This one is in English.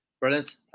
Brilliant